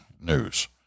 news